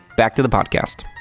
back to the podcast.